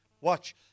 Watch